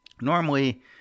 Normally